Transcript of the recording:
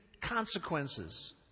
consequences